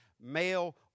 male